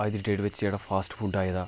अज्ज दी डेट बिच जेह्ड़ा फॉस्ट फूड आये दा